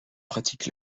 pratique